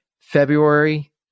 February